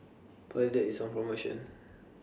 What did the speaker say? Polident IS on promotion